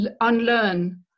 unlearn